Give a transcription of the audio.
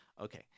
Okay